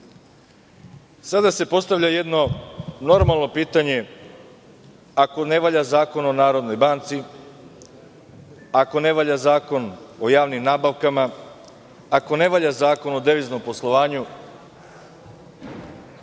se postavlja jedno normalno pitanje - ako ne valja Zakon o NBS, ako ne valja Zakon o javnim nabavkama, ako ne valja Zakon o deviznom poslovanju,